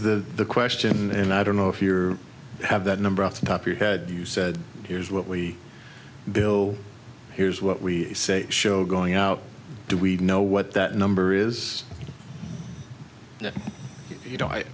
begs the question and i don't know if your have that number off the top you had you said here's what we bill here's what we say show going out do we know what that number is if you know i